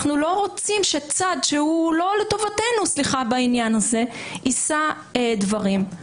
אנחנו לא רוצים שצד שהוא לא לטובתנו בעניין הזה יישא דברים.